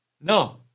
No